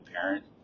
Parent